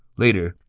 later,